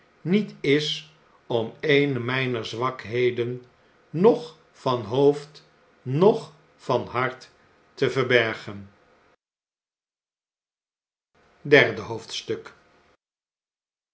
plan nietis om een myner zwakheden noch van hoofd noch van hart te verbergen derde hoofdstuk